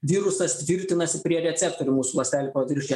virusas tvirtinasi prie receptorių mūsų ląstelių paviršiuje